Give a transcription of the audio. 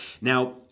now